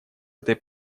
этой